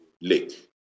Lake